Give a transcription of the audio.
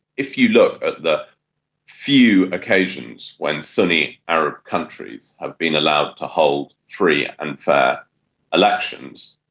if you look at the few occasions when sunni arab countries have been allowed to hold free and fair elections,